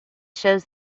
shows